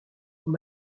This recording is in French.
aux